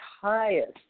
highest